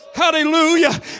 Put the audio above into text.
Hallelujah